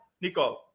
Nicole